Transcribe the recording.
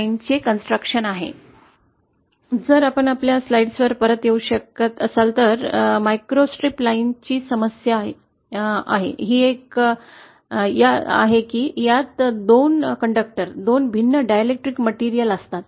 slide वेळ पहा 2152 जर आपण आपल्या स्लाइड्सवर परत येऊ शकत असाल तर मायक्रोस्ट्रिप लाइनची समस्या ही आहे की यात दोन कंडक्टर दोन भिन्न डायलेक्ट्रिक मटेरियल असतात